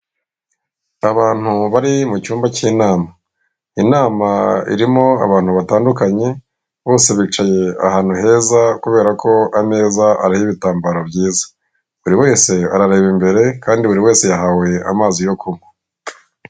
Abantu baba bari mucyumba cy'inama .Inama irimo abantu batandukanye bose bicaye ahantu heza kubera ko ameza areba ibitambaro byiza buri wese arareba imbere kandi buri wese yahawe amazi yo kunywa.